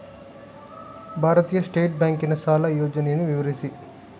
ಭಾರತೀಯ ಸ್ಟೇಟ್ ಬ್ಯಾಂಕಿನ ಸಾಲ ಯೋಜನೆಯನ್ನು ವಿವರಿಸಿ?